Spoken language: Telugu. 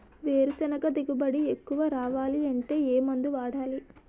వేరుసెనగ దిగుబడి ఎక్కువ రావాలి అంటే ఏ మందు వాడాలి?